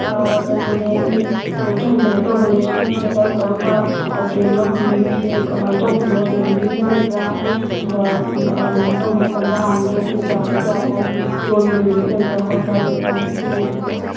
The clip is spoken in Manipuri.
ꯀꯩꯅꯣꯅꯤ ꯑꯩ ꯀꯩꯅꯣꯝꯇ ꯍꯪꯖꯒꯦ ꯇꯧꯕꯅꯦ ꯁꯣꯝꯒꯤꯁꯤꯗ ꯀꯔꯝ ꯀꯔꯝꯕ ꯑꯥꯏꯇꯦꯝꯅꯣ ꯐꯪꯕꯤꯔꯤꯁꯦ ꯀꯃꯥꯏꯅ ꯇꯧꯕꯅꯣ ꯗꯦꯂꯤꯕꯔꯤꯅ ꯂꯩꯕ꯭ꯔꯥ ꯑꯗꯨꯒ ꯃꯇꯝꯅ ꯀꯔꯝꯕ ꯃꯇꯝꯗ ꯍꯥꯡꯒꯦ ꯄꯨꯡ ꯀꯌꯥꯗꯒꯤ ꯀꯌꯥꯐꯥꯎ ꯂꯣꯟꯕꯒꯤ ꯅꯨꯃꯤꯠ ꯂꯩꯕ꯭ꯔꯥ ꯈꯣꯠꯄ꯭ꯔꯥ ꯑꯗꯨ ꯃꯇꯥꯡꯗ ꯈꯤꯇ ꯍꯪꯖꯒꯦ ꯇꯧꯕ